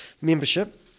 membership